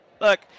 look